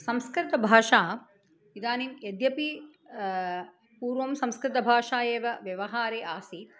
संस्कृतभाषा इदानीं यद्यपि पूर्वं संस्कृतभाषा एव व्यवहारे आसीत्